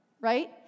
right